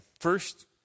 First